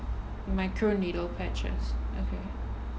microneedle patches